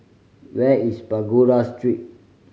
where is Pagoda Street